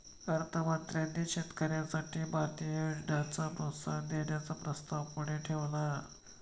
अर्थ मंत्र्यांनी शेतकऱ्यांसाठी भारतीय योजनांना प्रोत्साहन देण्याचा प्रस्ताव पुढे ठेवला